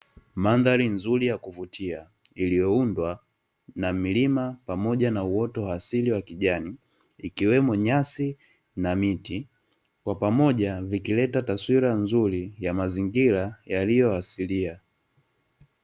Mandhari nzuri ya kuvutia iliyoundwa na milima pamoja na uoto wa asili wa kijani, ikiwemo nyasi na miti, kwa pamoja vikileta taswira nzuri ya mazingira yaliyo asilia.